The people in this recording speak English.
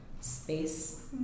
space